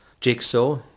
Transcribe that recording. jigsaw